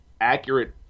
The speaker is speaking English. accurate